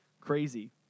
crazy